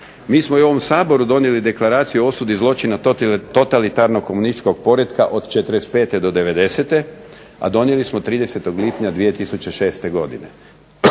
mi smo i u ovom Saboru donijeli deklaraciju o osudi zločina totalitarnog komunističkog poretka od '45. do '90., a donijeli smo 30. lipnja 2006. godine.